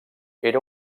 era